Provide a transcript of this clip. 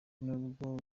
nubwo